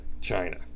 China